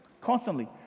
constantly